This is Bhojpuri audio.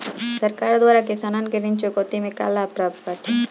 सरकार द्वारा किसानन के ऋण चुकौती में का का लाभ प्राप्त बाटे?